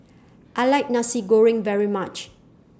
I like Nasi Goreng very much